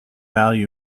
value